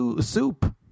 soup